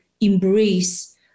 embrace